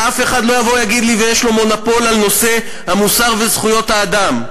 שאף אחד לא יבוא ויגיד לי שיש לו מונופול על נושא המוסר וזכויות האדם.